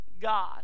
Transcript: God